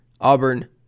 Auburn